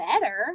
better